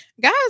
guys